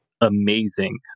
amazing